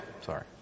sorry